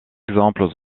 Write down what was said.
exemples